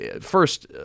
first